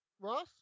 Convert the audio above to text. Ross